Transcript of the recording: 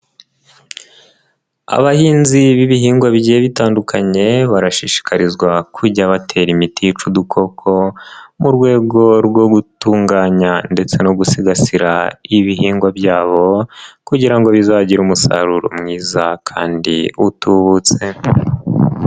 Abahinzi b'ibihingwa bigiye bitandukanye barashishikarizwa kujya batera imiti yica udukoko mu rwego rwo gutunganya ndetse no gusigasira ibihingwa byabo kugira ngo bizagire umusaruro mwiza kandi utubutse.